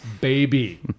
Baby